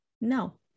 No